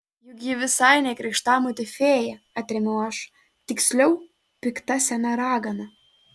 juk ji visai ne krikštamotė fėja atremiu aš tiksliau pikta sena ragana